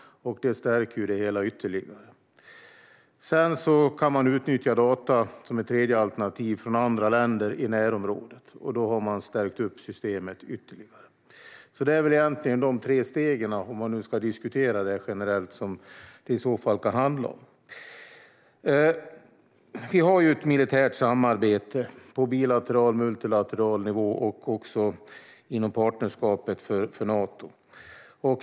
Det stärker det hela ytterligare. Man kan utnyttja data från andra länder i närområdet som ett tredje alternativ. Då har man stärkt systemet ytterligare. Det är egentligen de tre stegen, om vi nu ska diskutera det generellt, som det i så fall kan handla om. Vi har ett militärt samarbete på bilateral och multilateral nivå och också inom partnerskapet för Nato.